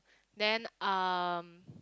then um